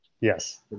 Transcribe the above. Yes